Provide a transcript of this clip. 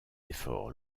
efforts